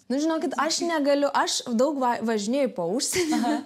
nu žinokit aš negaliu aš daug važinėju po užsienį aha